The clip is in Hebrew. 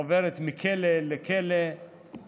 עוברת מכלא לכלא,